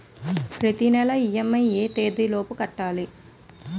ప్రతినెల ఇ.ఎం.ఐ ఎ తేదీ లోపు కట్టాలి?